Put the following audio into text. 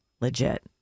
legit